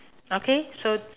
okay so